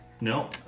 No